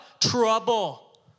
Trouble